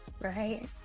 right